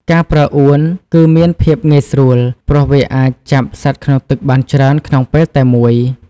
ការប្រើអួនគឺមានភាពងាយស្រួល ព្រោះវាអាចចាប់សត្វក្នុងទឹកបានច្រើនក្នុងពេលតែមួយ។